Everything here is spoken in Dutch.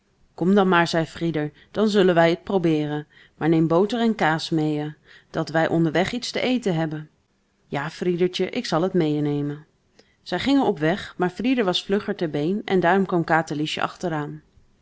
kom dan maar zei frieder dan zullen wij t probeeren maar neem boter en kaas meê dat wij onderweg iets te eten hebben ja friedertje ik zal het meênemen zij gingen op weg maar frieder was vlugger ter been en daarom kwam katerliesje achteraan